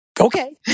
okay